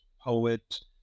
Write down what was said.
poet